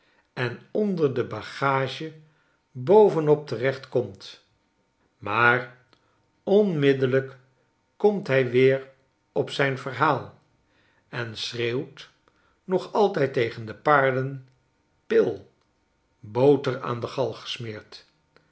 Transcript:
en onder de bagage bovenop terecht komt maar onmiddellijk komt hij weer op zijn verhaal en schreeuwt nog altijd tegen de paarden pill boter aan de galg gesmeerd